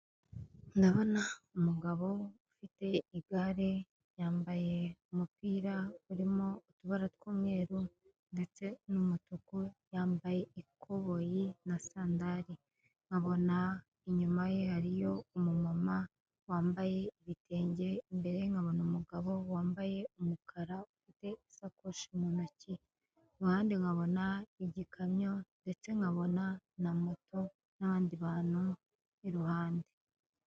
Ndabona umugabo ufite igare, yambaye umupira urimo utubara tw'umweru ndetse n'umutuku, yambaye ikoboyi na sandari, nkabona inyuma ye hariyo umu mama wambaye ibitenge, imbere nkabona umugabo wambaye umukara ufite isakoshi mu ntoki, i ruhande nkabona igikamyo, ndetse nkabona na moto, n'abandi bantu i ruhande.